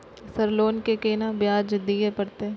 Sir loan के केना ब्याज दीये परतें?